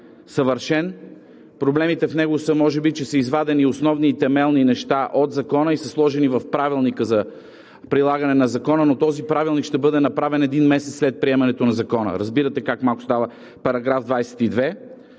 Проблемите в него са може би, че са извадени основни, темелни неща от Закона и са сложени в Правилника за прилагане на Закона, но този правилник ще бъде направен един месец след приемането на Закона. Разбирате как малко става Параграф 22.